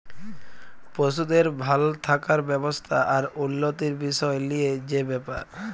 পশুদের ভাল থাকার ব্যবস্থা আর উল্যতির বিসয় লিয়ে যে ব্যাপার